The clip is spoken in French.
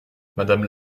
madame